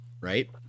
right